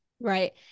right